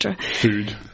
Food